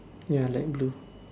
ya light blue